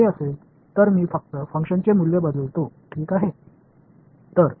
எனவே g இன் புதிய ஃபங்ஷன் ஒருங்கிணைப்பு எவ்வாறு வரும்